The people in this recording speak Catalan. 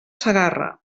segarra